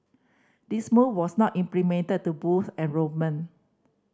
this move was not implemented to boost enrolment